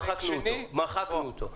מחקנו אותו.